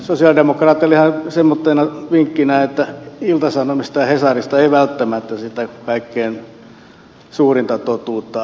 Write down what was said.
sosialidemokraateille ihan vinkkinä että ilta sanomista ja hesarista ei välttämättä sitä kaikkein suurinta totuutta aina löydy